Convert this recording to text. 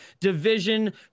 division